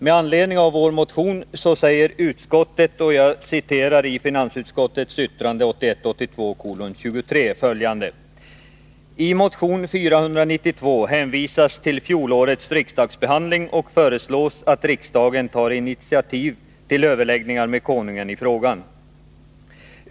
Med anledning av vår motion uttalar finansutskottet i sitt betänkande 1981/82:23 följande: ”I motion 492 hänvisas till fjolårets riksdagsbehandling och föreslås att riksdagen tar initiativ till överläggningar med Konungen i frågan.